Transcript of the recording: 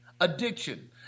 Addiction